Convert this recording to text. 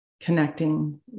connecting